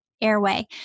airway